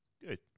good